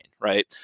right